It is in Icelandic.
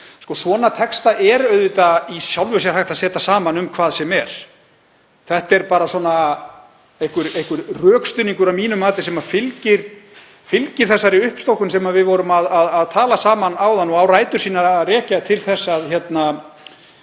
Svona texta er í sjálfu sér hægt að setja saman um hvað sem er. Þetta er bara einhver rökstuðningur að mínu mati sem fylgir þessari uppstokkun sem við vorum að tala um áðan og á rætur sínar að rekja til þess að